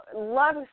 love